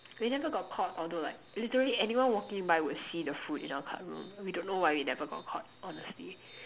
we never got caught although like literally anyone walking by would see the food in our club room we don't know why we never got caught honestly